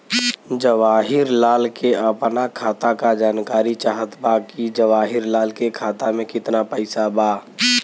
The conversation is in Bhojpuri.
जवाहिर लाल के अपना खाता का जानकारी चाहत बा की जवाहिर लाल के खाता में कितना पैसा बा?